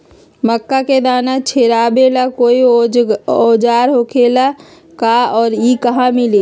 मक्का के दाना छोराबेला कोई औजार होखेला का और इ कहा मिली?